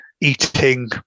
eating